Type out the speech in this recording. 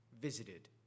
visited